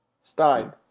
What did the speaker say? Stein